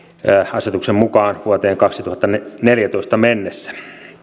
asetuksen mukaan vuoteen kaksituhattaneljätoista mennessä